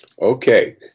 Okay